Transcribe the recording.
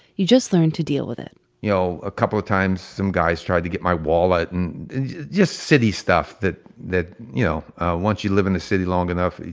you just learn to deal with it you know a couple of times some guys tried to get my wallet, and just city stuff that that you know once you live in the city long enough,